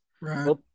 Right